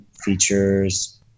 features